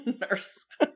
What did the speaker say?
Nurse